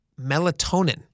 melatonin